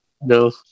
No